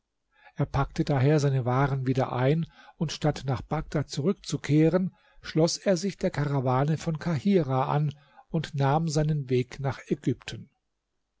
er packte daher seine waren wieder ein und statt nach bagdad zurückzukehren schloß er sich der karawane von kahirah an und nahm seinen weg nach ägypten